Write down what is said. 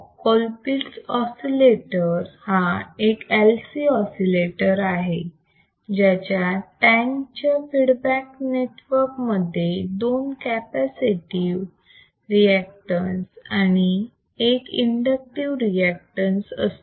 Colpitts oscillator हा एक LC oscillator आहे ज्याच्या टॅंक च्या फीडबॅक नेटवर्क मध्ये दोन कॅपॅसिटीव रिएक्टन्स आणि एक इंडक्टिव्ह रिएक्टन्स असतो